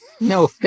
No